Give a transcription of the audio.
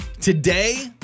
today